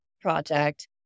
project